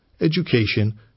education